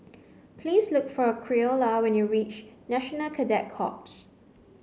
please look for Creola when you reach National Cadet Corps